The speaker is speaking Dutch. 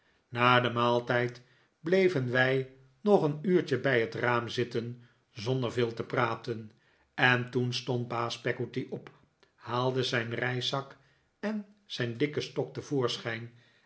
na den maaltijd bleven wij nog een uurtje bij het raam zitten zonder veel te praten en toen stond baas peggotty op haalde zijn reiszak en zijn dikken stok